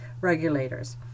regulators